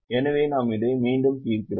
எனவே நாம் இதை மீண்டும் தீர்க்கிறோம்